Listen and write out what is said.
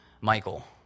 Michael